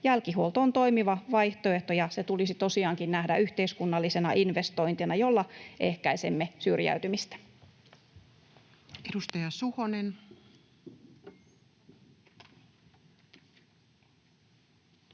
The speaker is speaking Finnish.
Jälkihuolto on toimiva vaihtoehto, ja se tulisi tosiaankin nähdä yhteiskunnallisena investointina, jolla ehkäisemme syrjäytymistä. Edustaja Suhonen.